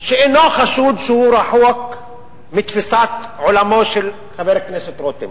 שאינו חשוד שהוא רחוק מתפיסת עולמו של חבר הכנסת רותם,